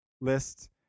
list